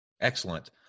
Excellent